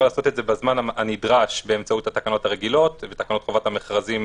בזמן הנדרש באמצעות התקנות הרגילות ותקנות חובת המכרזים